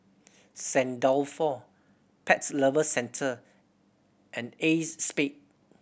Saint Dalfour Pets Lover Centre and Acexspade